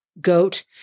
goat